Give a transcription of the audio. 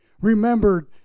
remembered